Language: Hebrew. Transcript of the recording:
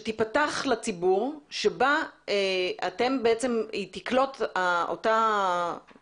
שתיפתח לציבור כאשר אותו גורם,